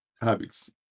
Habits